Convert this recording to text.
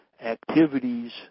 activities